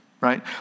right